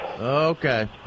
Okay